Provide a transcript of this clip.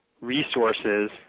resources